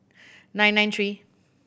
nine nine three